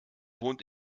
wohnt